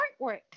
artwork